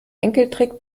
enkeltrick